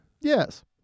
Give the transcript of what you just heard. Yes